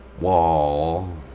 wall